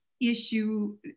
issue